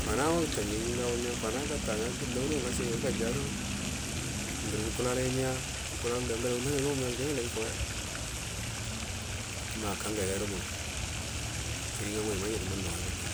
Kwanama taniyangə awal nya kwana gata nga danla ngu gashagəyo galyado nguru gukulalai miya gukulalaidu angalagu nanagagu miya guginatai gufanya ma kangai gairo ngu chiri ngamuwai majai mannau gairo nya